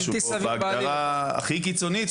משהו פה בהגדרה הכי קיצונית.